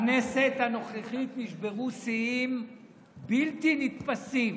בכנסת הנוכחית נשברו שיאים בלתי נתפסים.